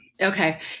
Okay